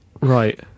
Right